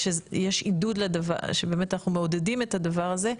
ושאנחנו מעודדים את הדבר הזה,